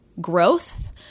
growth